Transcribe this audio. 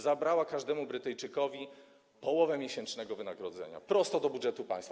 Zabrała każdemu Brytyjczykowi połowę miesięcznego wynagrodzenia prosto do budżetu państwa.